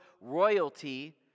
royalty